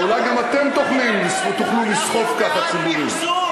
אולי גם אתם תוכלו לסחוף ככה ציבורים.